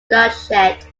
bloodshed